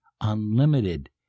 unlimited